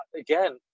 again